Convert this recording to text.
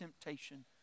temptation